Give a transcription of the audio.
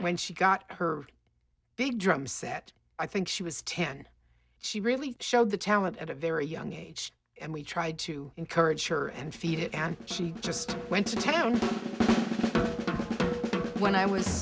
when she got her big drum set i think she was ten she really showed the talent at a very young age and we tried to encourage her and feed it and she just went to town when i was